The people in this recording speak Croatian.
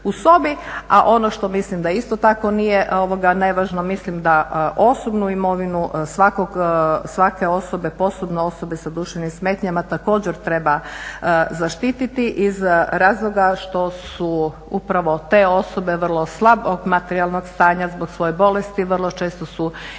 A ono što mislim, da isto tako nije nevažno, mislim da osobnu imovinu svake osobe, posebno osobe sa duševnim smetnjama također treba zaštiti iz razloga što su upravo te osobe vrlo slabog materijalnog stanja zbog svoje bolesti, vrlo često su izdvojene